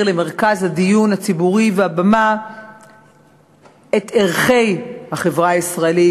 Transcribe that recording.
למרכז הדיון הציבורי ולמרכז הבמה את ערכי החברה הישראלית,